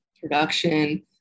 production